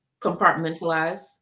compartmentalize